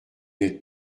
n’êtes